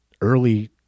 early